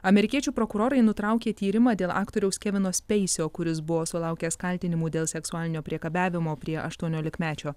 amerikiečių prokurorai nutraukė tyrimą dėl aktoriaus kevino speisio kuris buvo sulaukęs kaltinimų dėl seksualinio priekabiavimo prie aštuoniolikmečio